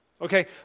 Okay